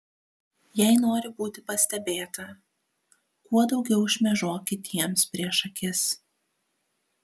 jei nori būti pastebėta kuo daugiau šmėžuok kitiems prieš akis